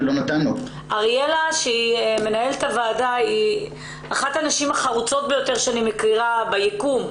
אני ארצה להביא את הנושא הזה בפני חברי הכנסת האחרים,